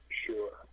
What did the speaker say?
sure